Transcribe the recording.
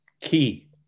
key